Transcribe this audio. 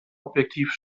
objektiv